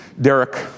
Derek